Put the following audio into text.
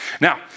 Now